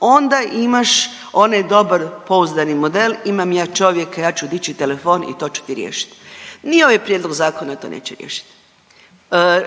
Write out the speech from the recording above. onda imaš onaj dobar pouzdani model imam ja čovjeka, ja ću dići telefon i to ću ti riješit. Ni ovaj prijedlog zakona to neće riješit,